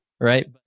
right